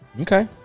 Okay